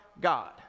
God